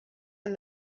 and